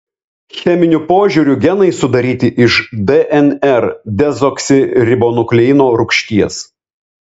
cheminiu požiūriu genai sudaryti iš dnr dezoksiribonukleino rūgšties